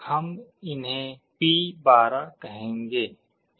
हम इन्हें P12 कहेंगे मान लो